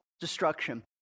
destruction